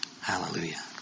Hallelujah